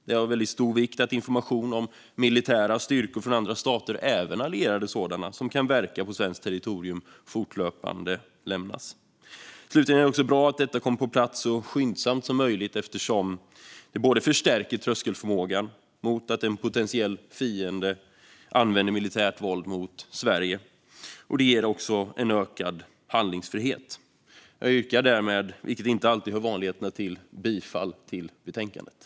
Det är av stor vikt att information om militära styrkor från andra stater, även allierade sådana, som kan verka på svenskt territorium fortlöpande lämnas. Slutligen är det bra att detta kommer på plats så skyndsamt som möjligt eftersom det både förstärker tröskelförmågan, mot att en potentiell fiende använder militärt våld mot Sverige, och ger en ökad handlingsfrihet. Jag yrkar därmed, vilket inte hör till vanligheterna, bifall till förslaget i betänkandet.